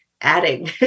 adding